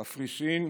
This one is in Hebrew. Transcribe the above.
קפריסין,